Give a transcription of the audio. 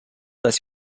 dass